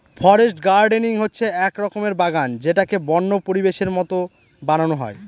forest gardening হচ্ছে এক রকমের বাগান যেটাকে বন্য পরিবেশের মতো বানানো হয়